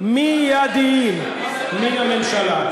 רק גזענות נגד, מיידיים מן הממשלה.